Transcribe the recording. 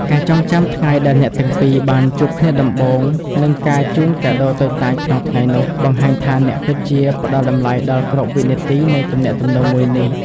ការចងចាំថ្ងៃដែលអ្នកទាំងពីរបានជួបគ្នាដំបូង និងការជូនកាដូតូចតាចក្នុងថ្ងៃនោះ បង្ហាញថាអ្នកពិតជាផ្ដល់តម្លៃដល់គ្រប់វិនាទីនៃទំនាក់ទំនងមួយនេះ។